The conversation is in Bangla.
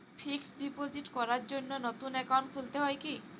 ফিক্স ডিপোজিট করার জন্য নতুন অ্যাকাউন্ট খুলতে হয় কী?